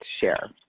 share